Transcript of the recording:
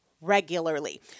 regularly